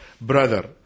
brother